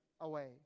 away